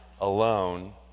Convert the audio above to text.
alone